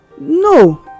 no